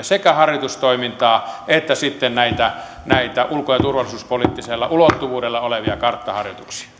sekä harjoitustoimintaa että sitten näitä ulko ja turvallisuuspoliittisella ulottuvuudella olevia karttaharjoituksia